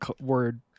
word